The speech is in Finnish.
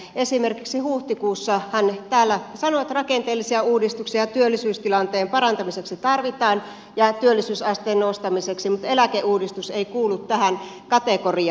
esimerkiksi huhtikuussa hän täällä sanoi että rakenteellisia uudistuksia työllisyystilanteen parantamiseksi ja työllisyysasteen nostamiseksi tarvitaan mutta eläkeuudistus ei kuulu tähän kategoriaan